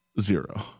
Zero